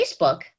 Facebook